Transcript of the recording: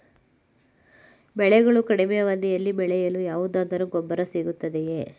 ಬೆಳೆಗಳು ಕಡಿಮೆ ಅವಧಿಯಲ್ಲಿ ಬೆಳೆಯಲು ಯಾವುದಾದರು ಗೊಬ್ಬರ ಸಿಗುತ್ತದೆಯೇ?